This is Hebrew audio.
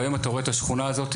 והיום אתה רואה את השכונה הזאתי,